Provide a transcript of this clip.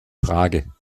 frage